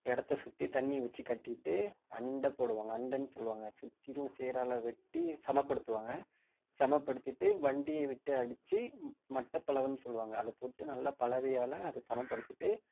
இடத்த சுற்றி தண்ணி வச்சு கட்டி விட்டுட்டு அண்டை போடுவாங்க அண்டைன்னு சொல்லுவாங்க சுற்றிலும் சேறால் வெட்டி சமப்படுத்துவாங்க சமப்படுத்திவிட்டு வண்டியை விட்டு அடிச்சு மட்ட பலகைன்னு சொல்லுவாங்க அதை போட்டு நல்லா பலகையால அதை சமப்படுத்திவிட்டு